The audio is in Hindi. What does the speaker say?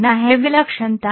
विलक्षणता क्या है